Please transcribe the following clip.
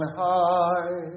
high